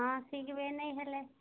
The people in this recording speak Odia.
ହଁ ଶିଖବେ ନାଇଁ ହେଲେ